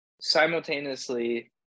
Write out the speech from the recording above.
simultaneously